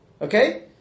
Okay